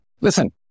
listen